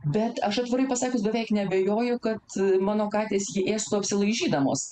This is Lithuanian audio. bet aš atvirai pasakius beveik neabejoju kad mano katės jį ėstų apsilaižydamos